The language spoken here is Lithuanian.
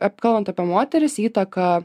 apkalbant apie moteris įtaką